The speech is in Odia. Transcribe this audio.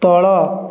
ତଳ